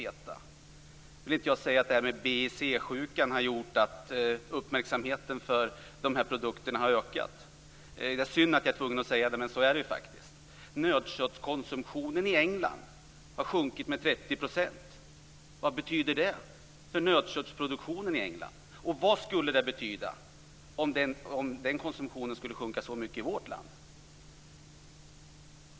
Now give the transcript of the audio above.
Jag vill inte säga att frågan om BSE-sjukan har gjort att uppmärksamheten för de här produkterna har ökat. Det är synd att jag måste säga det, men så är det faktiskt. Nötköttskonsumtionen i England har sjunkit med 30 %. Vad betyder det för nötköttsproduktionen i England? Vad skulle det betyda om den konsumtionen skulle sjunka så mycket i vårt land?